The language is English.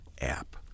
app